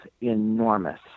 enormous